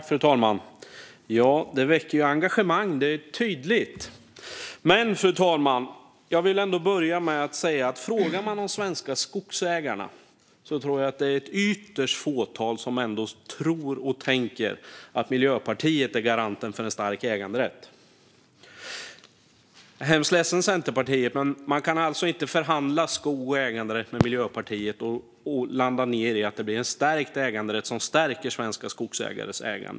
Fru talman! Det är tydligt att dessa frågor väcker engagemang. Fru talman! Jag vill ändå börja med att säga att om man frågar de svenska skogsägarna tror jag att ett ytterst fåtal tänker att Miljöpartiet är garanten för en stark äganderätt. Jag är hemskt ledsen, Centerpartiet, men man kan inte förhandla skog och äganderätt med Miljöpartiet och landa i att det blir en äganderätt som stärker svenska skogsägares ägande.